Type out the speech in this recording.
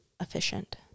efficient